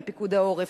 עם פיקוד העורף,